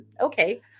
Okay